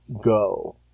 go